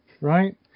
Right